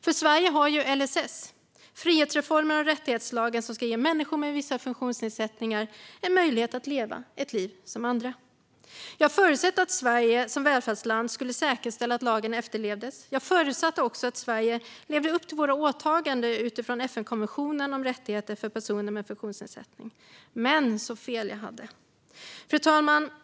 För Sverige har ju LSS - frihetsreformen och rättighetslagen som ska ge människor med vissa funktionsnedsättningar en möjlighet att leva ett liv som andra. Jag förutsatte att Sverige som välfärdsland skulle säkerställa att lagen efterlevdes. Jag förutsatte också att Sverige levde upp till sina åtaganden utifrån FN-konventionen om rättigheter för personer med funktionsnedsättning. Men så fel jag hade. Fru talman!